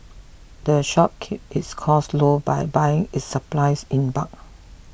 the shop keeps its costs low by buying its supplies in bulk